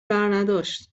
برنداشت